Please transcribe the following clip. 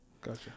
gotcha